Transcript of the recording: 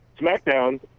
SmackDown